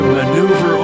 maneuver